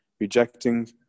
rejecting